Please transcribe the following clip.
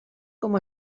com